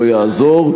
לא יעזור,